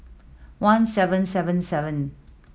one seven seven seven